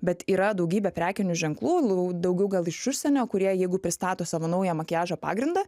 bet yra daugybė prekinių ženklų daugiau gal iš užsienio kurie jeigu pristato savo naują makiažo pagrindą